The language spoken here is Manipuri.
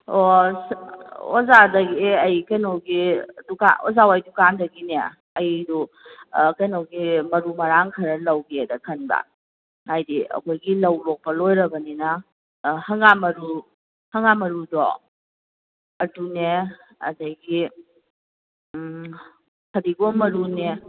ꯑꯣ ꯑꯣꯖꯥꯗꯒꯤ ꯑꯩ ꯀꯩꯅꯣꯒꯤ ꯑꯣꯖꯥ ꯍꯣꯏ ꯗꯨꯀꯥꯟꯗꯒꯤꯅꯦ ꯑꯩꯗꯣ ꯀꯩꯅꯣꯒꯤ ꯃꯔꯨ ꯃꯔꯥꯡ ꯈꯔ ꯂꯧꯒꯦꯅ ꯈꯟꯕ ꯍꯥꯏꯗꯤ ꯑꯩꯈꯣꯏꯒꯤ ꯂꯧ ꯂꯣꯛꯄ ꯂꯣꯏꯔꯕꯅꯤꯅ ꯍꯪꯒꯥꯝ ꯃꯔꯨ ꯍꯪꯒꯥꯝ ꯃꯔꯨꯗꯣ ꯑꯗꯨꯅꯦ ꯑꯗꯒꯤ ꯐꯗꯤꯒꯣꯝ ꯃꯔꯨꯅꯦ